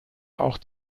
auch